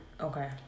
Okay